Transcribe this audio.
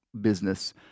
business